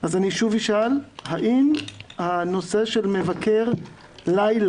אז שוב אשאל בנושא של מבקר לילה.